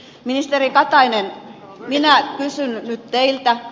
ministeri katainen minä kysyn nyt teiltä